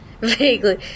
Vaguely